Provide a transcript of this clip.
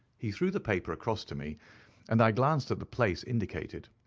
he threw the paper across to me and i glanced at the place indicated.